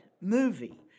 movie